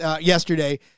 yesterday